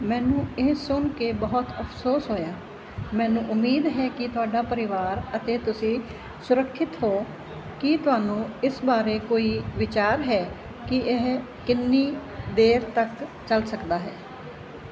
ਮੈਨੂੰ ਇਹ ਸੁਣ ਕੇ ਬਹੁਤ ਅਫ਼ਸੋਸ ਹੋਇਆ ਮੈਨੂੰ ਉਮੀਦ ਹੈ ਕਿ ਤੁਹਾਡਾ ਪਰਿਵਾਰ ਅਤੇ ਤੁਸੀਂ ਸੁਰੱਖਿਅਤ ਹੋ ਕੀ ਤੁਹਾਨੂੰ ਇਸ ਬਾਰੇ ਕੋਈ ਵਿਚਾਰ ਹੈ ਕਿ ਇਹ ਕਿੰਨੀ ਦੇਰ ਤੱਕ ਚੱਲ ਸਕਦਾ ਹੈ